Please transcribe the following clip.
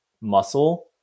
muscle